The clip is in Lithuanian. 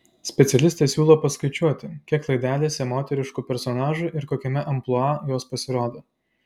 specialistė siūlo paskaičiuoti kiek laidelėse moteriškų personažų ir kokiame amplua jos pasirodo